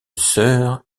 sœur